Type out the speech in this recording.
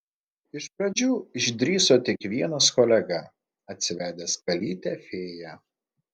iš pradžių išdrįso tik vienas kolega atsivedęs kalytę fėją